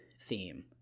theme